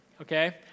Okay